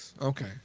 okay